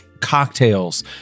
cocktails